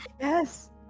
Yes